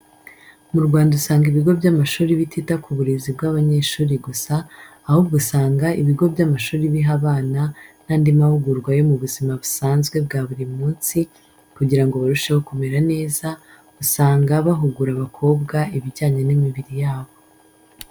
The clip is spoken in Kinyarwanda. Mu Rwanda usanga ibigo by'amashuri bitita ku burezi bw'abanyeshuri gusa, ahubwo usanga ibigo by'amashuri biha abana n'andi mahugurwa yo mu buzima busanzwe bwa buri munsi kugira ngo barusheho kumera neza, usanga bahugura abakobwa ibijyanye n'imibiri yabo.